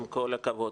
עם כל הכבוד,